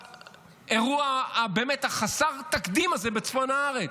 באירוע שהוא באמת חסר תקדים הזה בצפון הארץ.